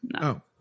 no